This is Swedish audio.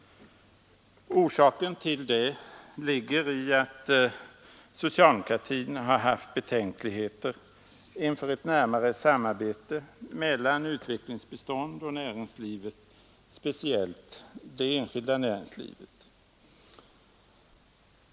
Orsaken till detta ligger i att socialdemokratin har haft betänkligheter inför ett närmare samarbete mellan utvecklingsbistånd och näringsliv, speciellt det enskilda näringslivet.